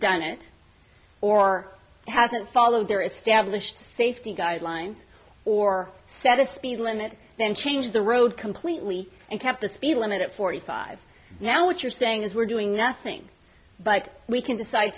done it or hasn't followed their established safety guidelines or set a speed limit then changed the road completely and kept the speed limit at forty five now what you're saying is we're doing nothing but we can decide